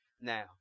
now